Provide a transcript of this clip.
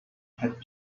had